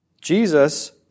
Jesus